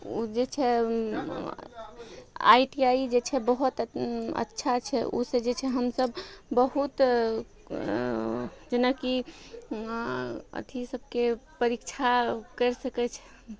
उ जे छै आइ टी आइ जे छै बहुत अच्छा छै उ से जे छै हमसब बहुत जेनाकि अथी सबके परीक्षा करि सकय छै